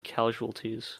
casualties